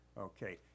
Okay